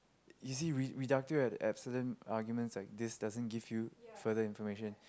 easy re~ reductio ad absurdum arguments like this doesn't give you further information